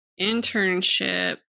internship